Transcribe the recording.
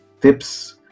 tips